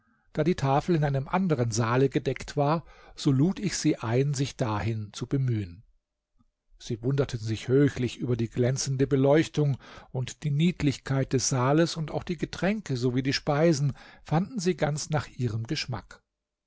da die tafel in einem anderen saale gedeckt war so lud ich sie ein sich dahin zu bemühen sie wunderten sich höchlich über die glänzende beleuchtung und die niedlichkeit des saales und auch die getränke sowie die speisen fanden sie ganz nach ihrem geschmack